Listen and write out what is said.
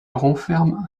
renferme